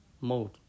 mode